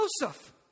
Joseph